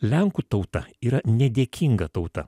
lenkų tauta yra nedėkinga tauta